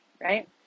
right